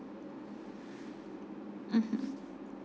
mmhmm